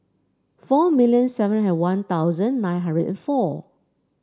four million seven hundred One Thousand nine hundred four